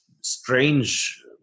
strange